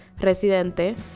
Residente